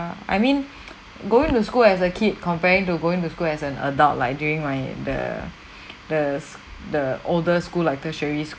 I mean going to school as a kid comparing to going to school as an adult like during my the the s~ the older school like tertiary